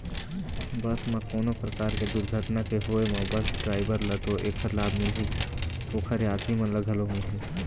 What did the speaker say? बस म कोनो परकार के दुरघटना के होय म बस डराइवर ल तो ऐखर लाभ मिलही, ओखर यातरी मन ल घलो मिलही